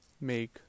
make